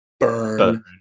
burn